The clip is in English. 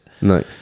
No